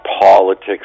politics